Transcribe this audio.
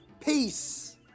Peace